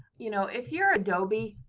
you know if you're adobe,